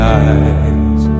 eyes